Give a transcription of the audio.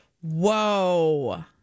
Whoa